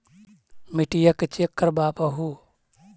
मिट्टीया के चेक करबाबहू?